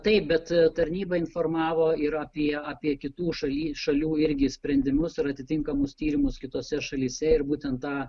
taip bet tarnyba informavo ir apie apie kitų šaly šalių irgi sprendimus ir atitinkamus tyrimus kitose šalyse ir būtent tą